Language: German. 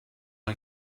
ein